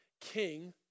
king